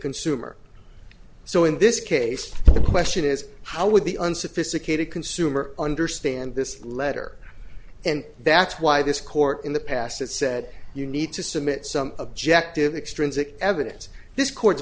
consumer so in this case the question is how would the unsophisticated consumer understand this letter and that's why this court in the past it said you need to submit some objective extrinsic evidence this co